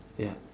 ya